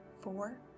Four